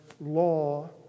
law